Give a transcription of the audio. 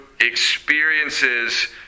experiences